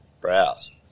browse